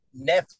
Netflix